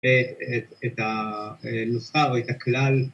‫את הנוסחה או את הכלל.